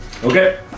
Okay